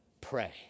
pray